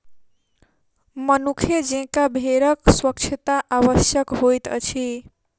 मनुखे जेंका भेड़क स्वच्छता आवश्यक होइत अछि